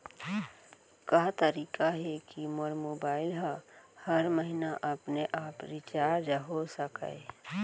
का तरीका हे कि मोर मोबाइल ह हर महीना अपने आप रिचार्ज हो सकय?